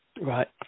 right